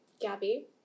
Gabby